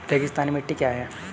रेगिस्तानी मिट्टी क्या है?